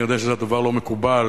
אני יודע שזה דבר לא מקובל,